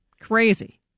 Crazy